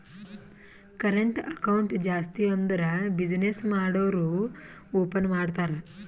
current account ಜಾಸ್ತಿ ಅಂದುರ್ business ಮಾಡೂರು ಓಪನ್ ಮಾಡ್ತಾರ